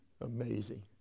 Amazing